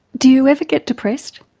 do you ever get depressed?